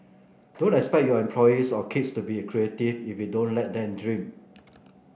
don't expect your employees or kids to be creative if you don't let them dream